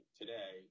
today